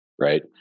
Right